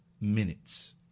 minutes